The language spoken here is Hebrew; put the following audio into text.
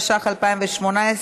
התשע"ח 2018,